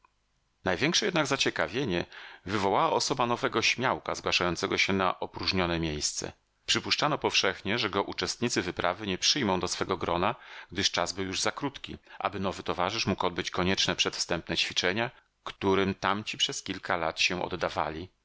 największe jednak zaciekawienie wywołała osoba nowego śmiałka zgłaszającego się na opróżnione miejsce przypuszczano powszechnie że go uczestnicy wyprawy nie przyjmą do swego grona gdyż czas był już za krótki aby nowy towarzysz mógł odbyć konieczne przedwstępne ćwiczenia którym tamci przez kilka lat się oddawali